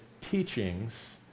teachings